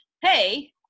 hey